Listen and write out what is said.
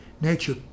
nature